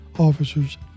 officers